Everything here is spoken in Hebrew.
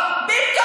אני לא מתבייש.